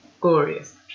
Glorious